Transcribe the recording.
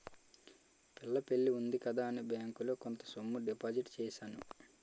పిల్ల పెళ్లి ఉంది కదా అని బ్యాంకులో కొంత సొమ్ము డిపాజిట్ చేశాను